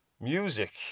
music